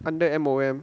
under M_O_M